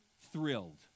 thrilled